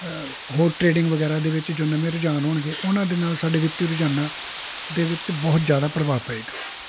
ਹੋਰ ਟ੍ਰੇਡਿੰਗ ਵਗੈਰਾ ਦੇ ਵਿੱਚ ਜੋ ਨਵੇਂ ਰੁਝਾਨ ਹੋਣਗੇ ਉਹਨਾਂ ਦੇ ਨਾਲ ਸਾਡੇ ਵਿੱਤੀ ਰੋਜ਼ਾਨਾ ਦੇ ਵਿੱਚ ਬਹੁਤ ਜ਼ਿਆਦਾ ਪ੍ਰਭਾਵ ਪਵੇਗਾ